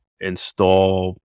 install